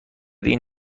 این